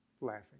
Laughing